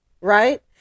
right